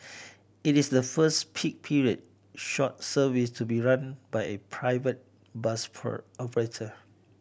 it is the first peak period short service to be run by a private bus operator